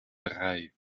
drei